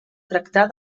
tractar